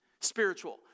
spiritual